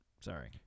Sorry